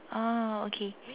ah okay